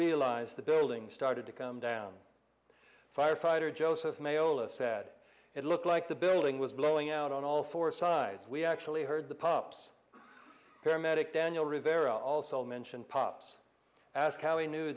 realized the building started to come down firefighter joseph mayla said it looked like the building was blowing out on all four sides we actually heard the pops paramedic daniel rivera also mentioned pops ask how he knew